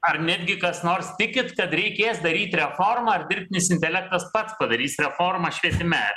ar netgi kas nors tikit kad reikės daryt reformą ar dirbtinis intelektas pats padarys reformą švietime